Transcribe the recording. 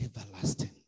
everlasting